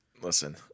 Listen